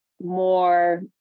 more